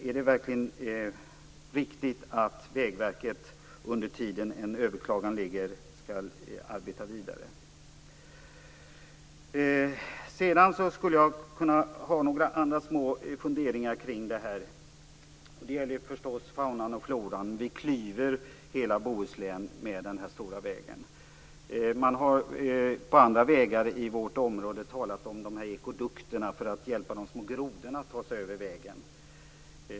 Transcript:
Är det verkligen riktigt att Vägverket under tiden som en överklagan ligger arbetar vidare med projektet? Jag har också några andra små funderingar kring det här. Den här stora vägen klyver hela Bohuslän och påverkar förstås faunan och floran. Man har i samband med andra vägar i vårt område talat om de s.k. ekodukter som skall hjälpa de små grodorna att ta sig över vägen.